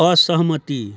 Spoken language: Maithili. असहमति